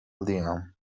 لیام